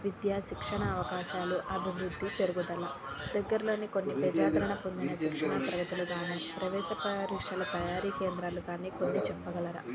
విద్యా శిక్షణ అవకాశాలు అభివృద్ధి పెరుగుదల దగ్గరలోని కొన్నీ ప్రజా ఆదరణ పొందిన శిక్షణా తరగతులు కానీ ప్రవేశ పరీక్షల తయారీ కేంద్రాలు కానీ కొన్నీ చెప్పగలరా